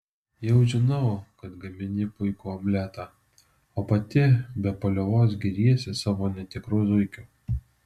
jau žinau kad gamini puikų omletą o pati be paliovos giriesi savo netikru zuikiu